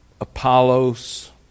Apollos